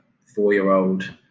four-year-old